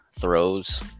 throws